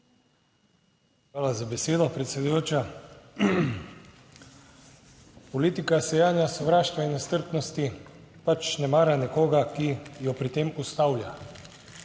Hvala za besedo, predsedujoča. Politika sejanja sovraštva in nestrpnosti pač ne mara nekoga, ki jo pri tem ustavlja